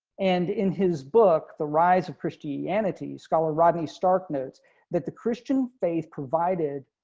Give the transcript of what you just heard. and in his book the rise of christianity scholar rodney stark notes that the christian faith provided